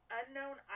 unknown